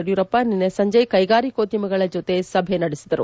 ಯದಿಯೂರಪ್ಪ ನಿನ್ನೆ ಸಂಜೆ ಕೈಗಾರಿಕೋದ್ಯಮಿಗಳ ಜೊತೆ ಸಭೆ ನಡೆಸಿದರು